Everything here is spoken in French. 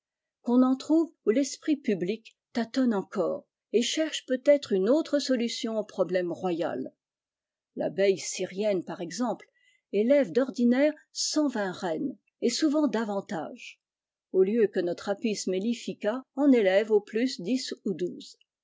qu'on en trouve oii l'esprit public tâtonne encore et clierche peut-être une autre solution au problème royal l'abeille syrienne par exemple élève d'ordinaire cent vingt reines et souvent davantage au lieu que notre api mellifica en élève au plus dix ou